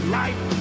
life